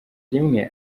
rimwe